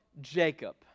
Jacob